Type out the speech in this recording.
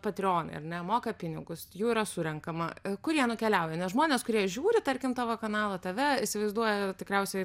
patrionai ar ne moka pinigus jų yra surenkama kur jie nukeliauja nes žmonės kurie žiūri tarkim tavo kanalą tave įsivaizduoja tikriausiai